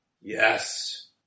Yes